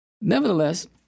Nevertheless